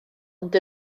ond